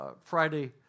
Friday